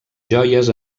joies